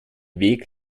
weg